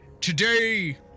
Today